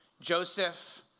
Joseph